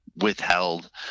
withheld